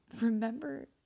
remember